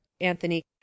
Anthony